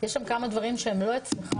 יש שם כמה דברים שהם לא אצלך,